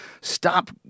stop